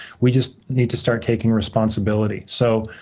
we just need to start taking responsibility. so,